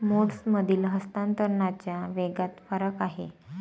मोड्समधील हस्तांतरणाच्या वेगात फरक आहे